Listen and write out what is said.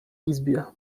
izbie